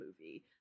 movie